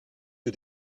für